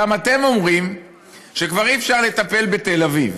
גם אתם אומרים שכבר אי-אפשר לטפל בתל אביב.